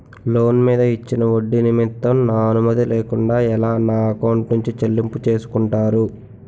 Loan మీద ఇచ్చిన ఒడ్డి నిమిత్తం నా అనుమతి లేకుండా ఎలా నా ఎకౌంట్ నుంచి చెల్లింపు చేసుకుంటారు?